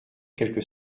quelques